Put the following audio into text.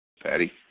Patty